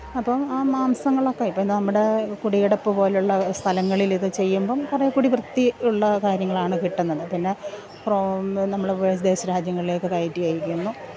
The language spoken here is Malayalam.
അപ്പം ആ മാംസങ്ങളൊക്കെ ഇപ്പം ഇന്ന് നമ്മുടെ കുടിയടപ്പ് പോലുള്ള സ്ഥലങ്ങളിലിത് ചെയ്യുമ്പം കുറേക്കൂടി വൃത്തി ഉള്ള കാര്യങ്ങളാണ് കിട്ടുന്നത് പിന്നെ പ്രോംന്ന് നമ്മൾ വിദേശരാജ്യങ്ങളിലേക്ക് കയറ്റി അയക്കുന്നു